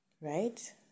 right